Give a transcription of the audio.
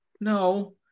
No